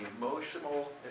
emotional